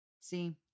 See